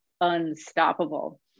unstoppable